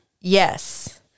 Yes